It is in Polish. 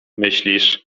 myślisz